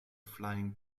flying